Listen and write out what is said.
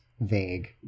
vague